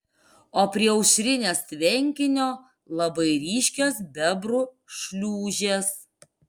o prie aušrinės tvenkinio labai ryškios bebrų šliūžės